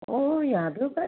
ഓ യത് പ